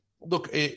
Look